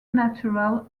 natural